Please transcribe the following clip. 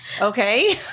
Okay